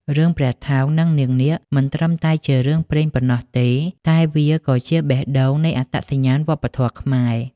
រឿងព្រះថោង និងនាងនាគ មិនត្រឹមតែជារឿងព្រេងប៉ុណ្ណោះទេ តែវាក៏ជាបេះដូងនៃអត្តសញ្ញាណវប្បធម៌ខ្មែរ។